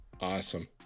Awesome